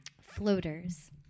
Floaters